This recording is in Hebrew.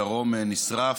הדרום נשרף.